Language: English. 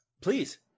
please